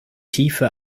tiefe